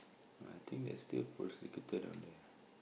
I think that's still pussy kettle down there